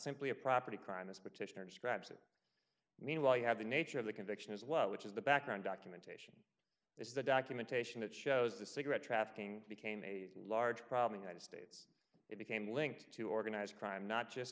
simply a property crime it's petitioner scraps and meanwhile you have the nature of the conviction as well which is the background documentation this is the documentation that shows the cigarette trafficking became a large problem united states it became linked to organized crime not just